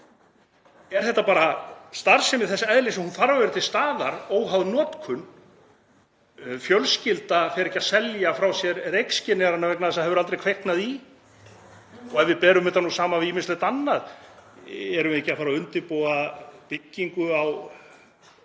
er þetta bara starfsemi þess eðlis að hún þarf að vera til staðar óháð notkun. Fjölskylda fer ekki að selja frá sér reykskynjarana vegna þess að það hefur aldrei kviknað í. Ef við berum þetta saman við ýmislegt annað, erum við þá ekki að fara að undirbúa byggingu á